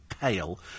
pale